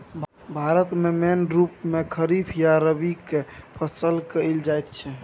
भारत मे मेन रुप मे खरीफ आ रबीक फसल कएल जाइत छै